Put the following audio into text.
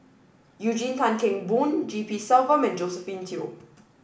Eugene Tan Kheng Boon G P Selvam and Josephine Teo